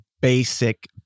basic